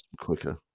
quicker